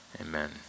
amen